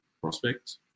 prospects